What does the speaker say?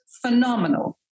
phenomenal